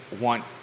want